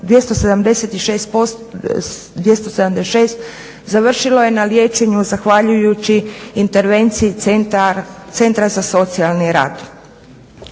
njih 276 završilo je na liječenju zahvaljujući intervenciji centra za socijalni rad.